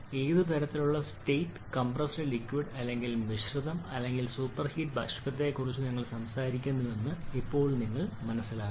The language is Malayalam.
ഏത് തരത്തിലുള്ള സ്റ്റേറ്റ് കംപ്രസ്ഡ് ലിക്വിഡ് അല്ലെങ്കിൽ മിശ്രിതം അല്ലെങ്കിൽ സൂപ്പർഹീറ്റ് ബാഷ്പത്തെക്കുറിച്ചാണ് നിങ്ങൾ സംസാരിക്കുന്നതെന്ന് ഇപ്പോൾ നിങ്ങൾ മനസ്സിലാക്കണം